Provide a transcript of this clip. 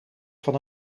van